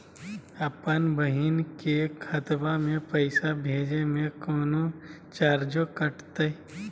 अपन बहिन के खतवा में पैसा भेजे में कौनो चार्जो कटतई?